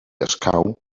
escau